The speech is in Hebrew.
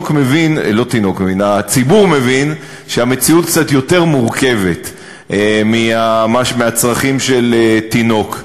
הציבור מבין שהמציאות קצת יותר מורכבת מהצרכים של תינוק,